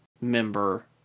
member